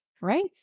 Right